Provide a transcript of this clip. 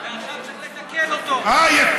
ועכשיו צריך לתקן אותו.